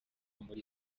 muri